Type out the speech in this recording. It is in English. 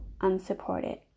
unsupported